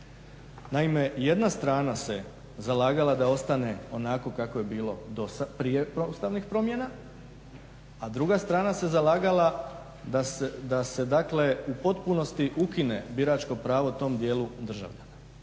Naime, jedna strana se zalagala da ostane onako kako je bilo dosad, prije ustavnih promjena, a druga strana se zalagala da se dakle u potpunosti ukine biračko pravo tom dijelu državljana.